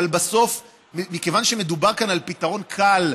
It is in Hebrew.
אבל מכיוון שמדובר כאן על פתרון קל,